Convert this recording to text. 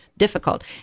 Difficult